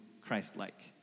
Christ-like